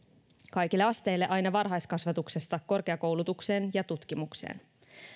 kaikille asteille aina varhaiskasvatuksesta korkeakoulutukseen ja tutkimukseen